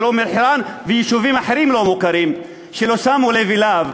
של אום-אלחיראן ויישובים אחרים לא מוכרים לא שמו לב אליו,